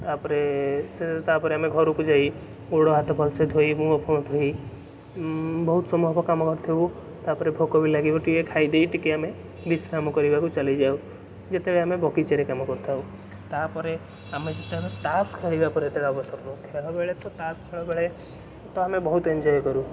ତାପରେ ସେ ତାପରେ ଆମେ ଘରୁକୁ ଯାଇ ଗୋଡ଼ହାତ ଭଲସେ ଧୋଇ ମୁହଁଫୁହଁ ଧୋଇ ବହୁତ ସମୟ ହବ କାମ କରିଥିବୁ ତାପରେ ଭୋକ ବି ଲାଗିବ ଟିକେ ଖାଇଦେଇ ଟିକେ ଆମେ ବିଶ୍ରାମ କରିବାକୁ ଚାଲିଯାଉ ଯେତେବେଳେ ଆମେ ବଗିଚାରେ କାମ କରିଥାଉ ତାପରେ ଆମେ ଯେତେବେଳ ତାସ୍ ଖେଳିବା ପରେ ଯେତେବେଳେ ଅବସର ନଉ ଖେଳ ବେଳେ ତ ତାସ୍ ଖେଳ ବେଳେ ତ ଆମେ ବହୁତ ଏନ୍ଜୟ କରୁ